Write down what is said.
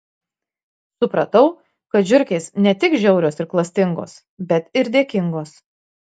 supratau kad žiurkės ne tik žiaurios ir klastingos bet ir dėkingos